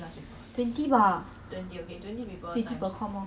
!wah!